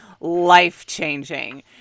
life-changing